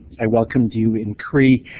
i welcomed you in cree.